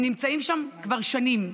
הם נמצאים שם כבר שנים.